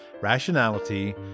rationality